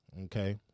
okay